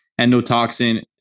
endotoxin